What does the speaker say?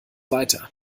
weiter